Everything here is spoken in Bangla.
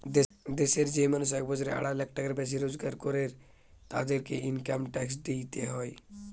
দেশের যেই মানুষ এক বছরে আড়াই লাখ টাকার বেশি রোজগার করের, তাদেরকে ইনকাম ট্যাক্স দিইতে হয়